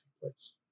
place